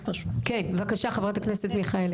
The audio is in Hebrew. כן, בבקשה, חברת הכנסת מיכאלי.